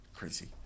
Crazy